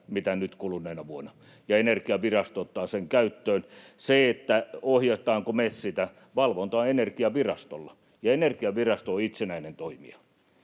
kuin nyt kuluneena vuonna, ja Energiavirasto ottaa sen käyttöön. Se, ohjataanko me sitä: valvonta on Energiavirastolla, ja Energiavirasto on itsenäinen toimija,